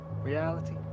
Reality